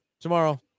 tomorrow